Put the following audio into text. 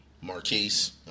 Marquise